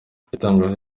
igitangaje